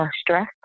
stress